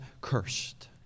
cursed